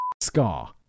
scar